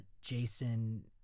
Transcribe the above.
Jason